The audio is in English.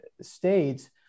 states